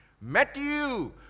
Matthew